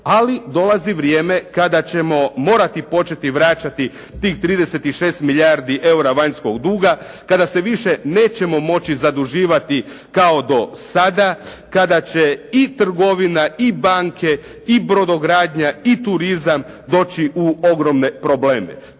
ali dolazi vrijeme kada ćemo morati početi vraćati tih 36 milijardi eura vanjskog duga, kada se više nećemo moći zaduživati kao do sada, kada će i trgovina, i banke, i brodogradnja, i turizam doći u ogromne probleme.